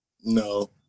no